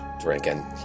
Drinking